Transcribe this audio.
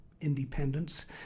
independence